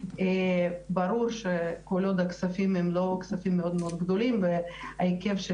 ברור שכל עוד הכספים הם לא מאוד גדולים וההיקף של